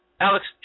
Alex